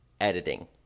editing